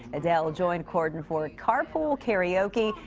adele joined corden for carpool karaoke.